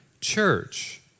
church